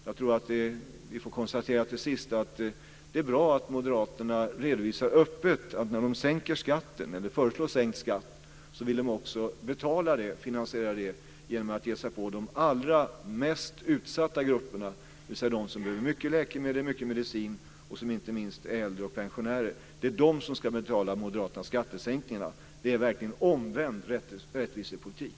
Jag tror att vi får konstatera till sist att det är bra att moderaterna redovisar öppet att när de föreslår sänkt skatt så vill de också finansiera det genom att ge sig på de allra mest utsatta grupperna, dvs. de som behöver mycket läkemedel och mycket medicin och som inte minst är äldre och pensionärer. Det är de som ska betala de moderata skattesänkningarna. Det är verkligen omvänd rättvisepolitik.